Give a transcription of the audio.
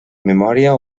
memòria